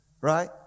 right